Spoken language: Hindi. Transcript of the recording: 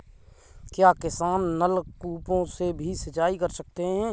क्या किसान नल कूपों से भी सिंचाई कर सकते हैं?